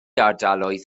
ardaloedd